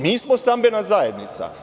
Mi smo stambena zajednica.